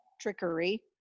trickery